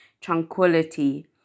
tranquility